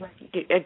again